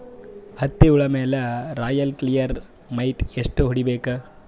ಹತ್ತಿ ಹುಳ ಮೇಲೆ ರಾಯಲ್ ಕ್ಲಿಯರ್ ಮೈಟ್ ಎಷ್ಟ ಹೊಡಿಬೇಕು?